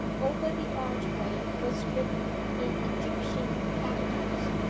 over the archway was written in egyptian capitals,